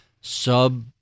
sub